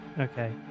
Okay